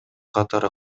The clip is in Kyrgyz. катары